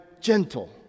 gentle